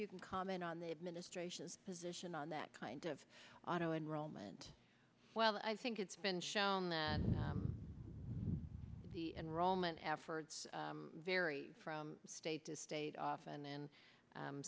you can comment on the administration's position on that kind of auto enrollment well i think it's been shown that the enrollment efforts vary from state to state often and